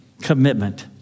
commitment